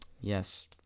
yes